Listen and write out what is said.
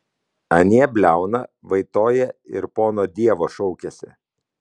anie bliauna vaitoja ir pono dievo šaukiasi